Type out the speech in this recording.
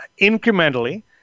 incrementally